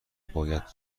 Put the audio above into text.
باید